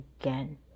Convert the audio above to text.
again